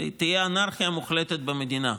תהיה אנרכיה מוחלטת במדינה.